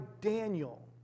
Daniel